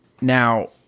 now